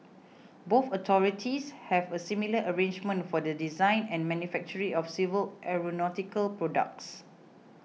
both authorities have a similar arrangement for the design and manufacturing of civil aeronautical products